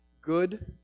good